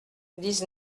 dix